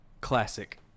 classic